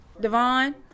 Devon